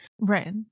Right